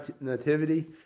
nativity